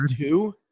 two